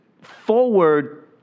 forward